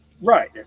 Right